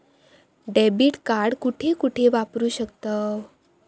Debit card कुठे कुठे वापरू शकतव?